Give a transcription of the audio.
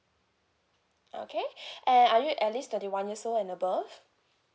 okay and are you at least thirty one years old and above